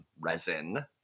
resin